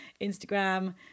Instagram